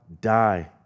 die